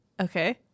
okay